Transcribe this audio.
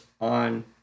on